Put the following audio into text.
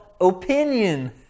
Opinion